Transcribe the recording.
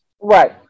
Right